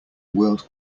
world